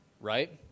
right